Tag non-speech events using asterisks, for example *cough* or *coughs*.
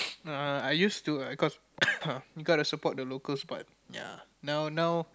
*noise* I used to I got *coughs* I got to support the locals part ya now now